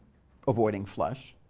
avoiding flesh.